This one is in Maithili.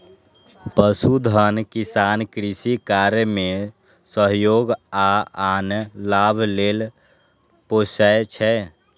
पशुधन किसान कृषि कार्य मे सहयोग आ आन लाभ लेल पोसय छै